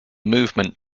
movement